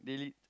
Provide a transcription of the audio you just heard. daily